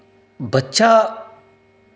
बच्चा